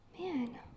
man